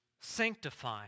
sanctify